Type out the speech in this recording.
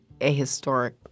ahistoric